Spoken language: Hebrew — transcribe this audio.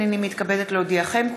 הינני מתכבדת להודיעכם,